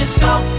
stop